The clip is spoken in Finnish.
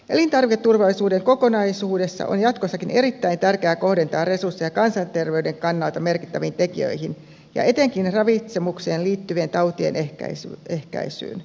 elintarviketurvallisuuden kokonaisuudessa on jatkossakin erittäin tärkeää kohdentaa resursseja kansanterveyden kannalta merkittäviin tekijöihin ja etenkin ravitsemukseen liittyvien tautien ehkäisyyn